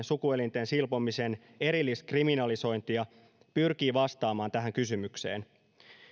sukuelinten silpomisen erilliskriminalisointia pyrkii vastaamaan tähän kysymykseen